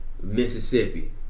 Mississippi